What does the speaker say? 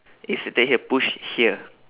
here push here